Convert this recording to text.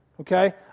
Okay